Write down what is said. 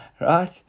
Right